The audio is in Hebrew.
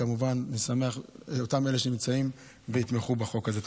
כמובן שאני שמח על אותם אלה שנמצאים ויתמכו בחוק הזה.